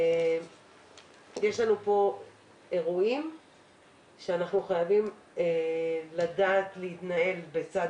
יש לנו כאן אירועים שאנחנו חייבים לדעת להתנהל בצד